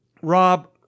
Rob